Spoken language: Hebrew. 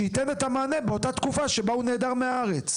שייתן את המענה באותה התקופה שהמטפל נעדר מהארץ?